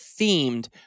themed